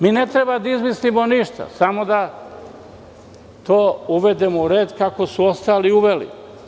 Mi ne treba da izmislimo ništa, samo da to uvedemo u red kako su ostali uveli.